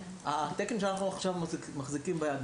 התקן שאנחנו מחזיקים ביד עכשיו,